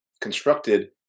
constructed